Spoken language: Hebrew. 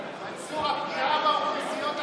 חבר הכנסת יברקן,